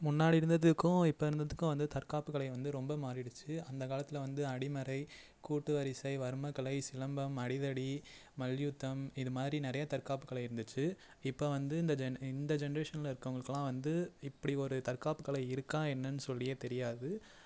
முன்னாடி இருந்ததுக்கும் இப்போ இருந்ததுக்கும் வந்து தற்காப்புக் கலை வந்து ரொம்ப மாறிடுச்சு அந்தக் காலத்தில் வந்து அடிமரை கூட்டு வரிசை வர்மக்கலை சிலம்பம் அடிதடி மல்யுத்தம் இது மாதிரி நிறையா தற்காப்புக்கலை இருந்துச்சு இப்போ வந்து இந்த ஜென இந்த ஜென்ரேஷனில் இருக்கிறவங்களுக்குலாம் வந்து இப்படி ஒரு தற்காப்புக்கலை இருக்கா என்னன்னு சொல்லியே தெரியாது